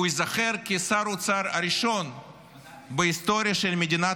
הוא ייזכר כשר האוצר הראשון בהיסטוריה של מדינת